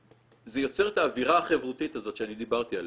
זה יוצר את האווירה החברותית הזאת שאני דיברתי עליה.